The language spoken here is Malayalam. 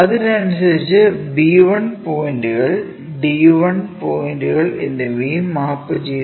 അതിനനുസരിച്ച് b 1 പോയിൻറുകൾ d 1 പോയിൻറുകൾ എന്നിവയും മാപ്പുചെയ്തു